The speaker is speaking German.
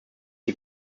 die